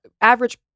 average